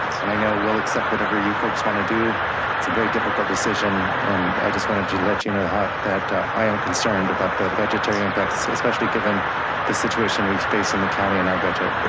and i know we'll accept whatever you folks wanna do. it's a very difficult decision. and i just wanted to let you know that i am concerned about the budgetary impacts, especially given the situation we face in the county in our budget.